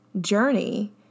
journey